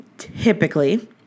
Typically